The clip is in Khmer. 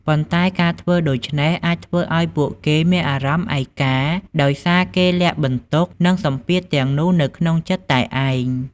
ប៉ុន្តែ ការធ្វើដូច្នេះអាចធ្វើឱ្យពួកគេមានអារម្មណ៍ឯកា ដោយសារគេលាក់បន្ទុក និងសម្ពាធទាំងនោះនៅក្នុងចិត្តតែឯង។